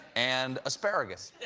and asparagus.